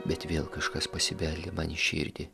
bet vėl kažkas pasibeldė man į širdį